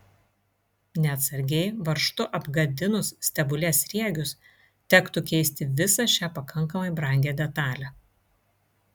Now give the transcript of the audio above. neatsargiai varžtu apgadinus stebulės sriegius tektų keisti visą šią pakankamai brangią detalę